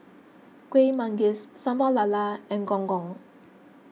Kueh Manggis Sambal Lala and Gong Gong